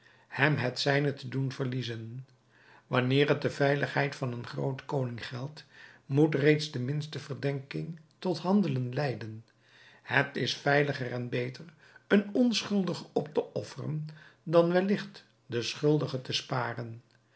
hem het zijne te doen verliezen wanneer het de veiligheid van een groot koning geldt moet reeds de minste verdenking tot handelen leiden het is veiliger en beter een onschuldige op te offeren dan welligt den schuldige te sparen